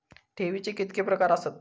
ठेवीचे कितके प्रकार आसत?